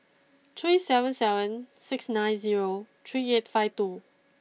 three seven seven six nine zero three eight five two